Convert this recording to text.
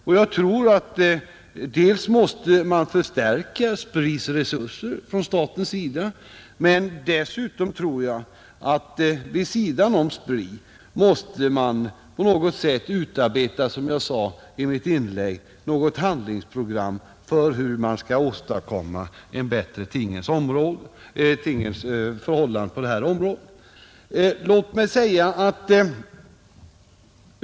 Därför tror jag att man från statens sida måste förstärka SPRI:s resurser, Dessutom tror jag att man vid sidan av SPRI måste utarbeta, som jag sade i mitt inlägg, något handlingsprogram för hur man skall åstadkomma en bättre tingens ordning på detta område för framtiden.